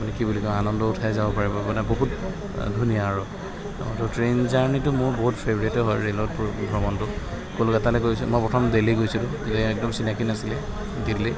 মানে কি বুলি কওঁ আনন্দ উৎসাহেৰে যাব পাৰিব মানে বহুত ধুনীয়া আৰু তো ট্ৰেইন জাৰ্ণিটো মোৰ বহুত ফেভৰেটেই হয় ৰে'লত ফু ভ্ৰমণটো কলকাতালৈ গৈছোঁ মই প্ৰথম দিল্লী গৈছিলোঁ তেতিয়া একদম চিনাকি নাছিলে দিল্লী